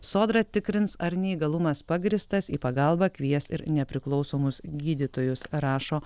sodra tikrins ar neįgalumas pagrįstas į pagalbą kvies ir nepriklausomus gydytojus rašo